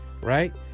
Right